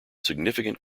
significant